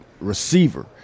receiver